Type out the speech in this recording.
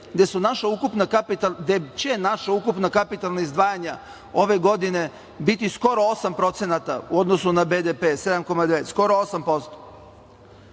gde će naša ukupna kapitalna izdvajanja ove godine biti skoro 8% u odnosu na BDP, 7,9 skoro 8%.